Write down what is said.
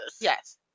Yes